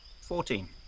Fourteen